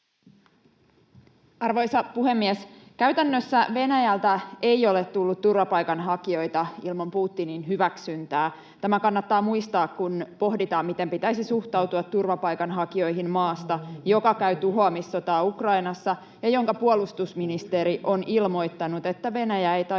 Arvoisa puhemies! Käytännössä Venäjältä ei ole tullut turvapaikanhakijoita ilman Putinin hyväksyntää. Tämä kannattaa muistaa, kun pohditaan, miten pitäisi suhtautua turvapaikanhakijoihin maasta, joka käy tuhoamissotaa Ukrainassa ja jonka puolustusministeri on ilmoittanut, että Venäjä ei taistele